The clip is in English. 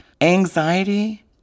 Anxiety